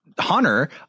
Hunter